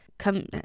come